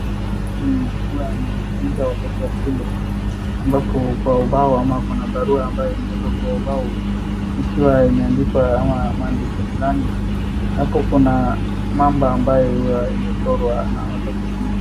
Hawa ni wanafunzi wa watoto wa shule ambapo kwa ubao au kuna barua ambayo imeekwa kwenye ubao ikiwa imeeandikwa maandishi flani. Hapo kuna mamba ambayo imechorwa na watoto hufundishwa.